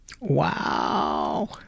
Wow